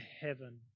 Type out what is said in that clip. heaven